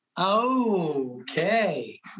Okay